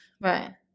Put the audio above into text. right